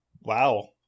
Wow